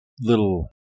little